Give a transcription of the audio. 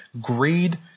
greed